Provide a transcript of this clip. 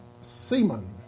seaman